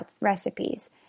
recipes